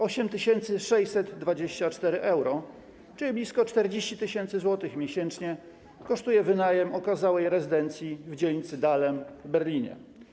8624 euro, czyli blisko 40 tys. zł miesięcznie kosztuje wynajem okazałej rezydencji w dzielnicy Dahlem w Berlinie.